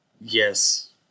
Yes